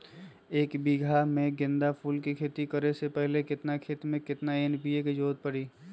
एक बीघा में गेंदा फूल के खेती करे से पहले केतना खेत में केतना एन.पी.के के जरूरत परी?